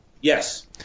Yes